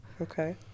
okay